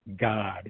God